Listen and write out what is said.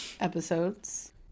episodes